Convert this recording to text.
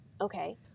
Okay